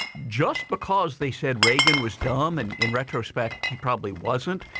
just because they said reagan was dumb and in retrospect he probably wasn't,